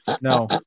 No